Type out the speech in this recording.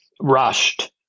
rushed